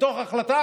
בתוך ההחלטה